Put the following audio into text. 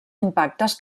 impactes